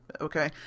okay